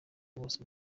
bose